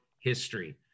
history